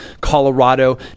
Colorado